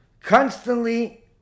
constantly